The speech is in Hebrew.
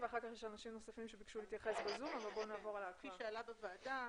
כפי שעלה בוועדה,